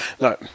No